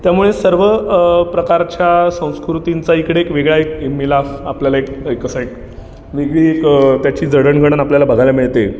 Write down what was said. त्यामुळे सर्व प्रकारच्या संस्कृतींचा इकडे एक वेगळा एक मिलाफ आपल्याला एक एकच साईट वेगळी एक त्याची जडणघडण आपल्याला बघायला मिळते